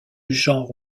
genre